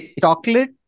chocolate